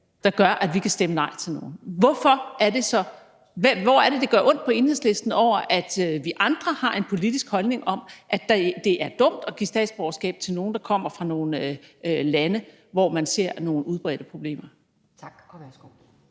der gør, at vi kan stemme nej til nogle? Hvorfor er det, det gør ondt på Enhedslisten, at vi andre har en politisk holdning om, at det er dumt at give statsborgerskab til nogle, der kommer fra nogle lande, hvor man ser, at der er udbredte problemer? Kl.